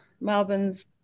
Melbourne's